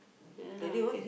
ya lah